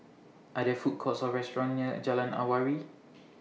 Are There Food Courts Or restaurants near Jalan Awan